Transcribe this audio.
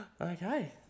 Okay